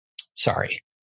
Sorry